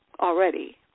already